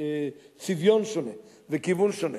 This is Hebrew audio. צביון שונה וכיוון שונה,